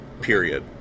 Period